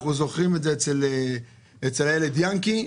אנחנו זוכרים את זה אצל הילד ינקי.